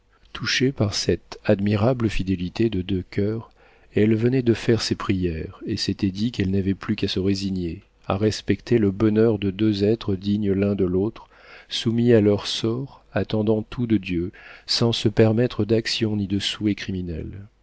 touchée par cette admirable fidélité de deux coeurs elle venait de faire ses prières et s'était dit qu'elle n'avait plus qu'à se résigner à respecter le bonheur de deux êtres dignes l'un de l'autre soumis à leur sort attendant tout de dieu sans se permettre d'actions ni de souhaits criminels